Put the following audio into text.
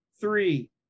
three